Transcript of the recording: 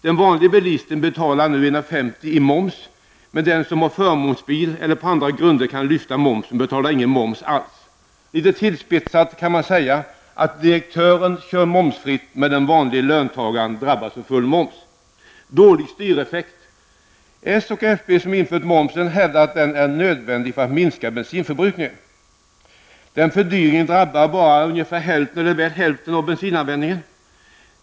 Den vanlige bilisten betalar nu 1:50 i moms, men den som har förmånsbil eller på andra grunder kan lyfta av momsen betalar ingen moms alls. Litet tillspetsat kan man säga att direktören kör momsfritt, medan den vanlige löntagaren drabbas av full moms. Det ger dålig styreffekt. Socialdemokraterna och folkpartiet som infört momsen hävdar att den är nödvändig för att minska bensinförbrukningen. Men fördyringen drabbar bara ungefär hälften av bensinanvändningen.